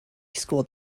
school